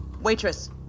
Waitress